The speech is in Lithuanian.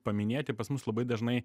paminėti pas mus labai dažnai